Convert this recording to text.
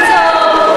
השיטה,